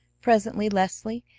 presently leslie,